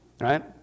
right